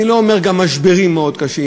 אני לא אומר שגם משברים מאוד קשים.